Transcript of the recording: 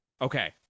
Okay